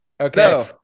okay